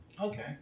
okay